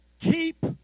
keep